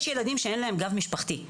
יש ילדים שאין להם גב משפחתי,